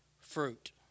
fruit